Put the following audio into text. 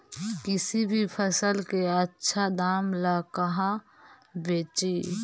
किसी भी फसल के आछा दाम ला कहा बेची?